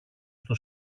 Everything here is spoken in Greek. στο